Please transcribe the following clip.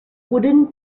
wooden